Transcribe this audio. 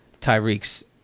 Tyreek's